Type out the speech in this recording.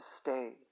stay